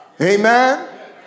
Amen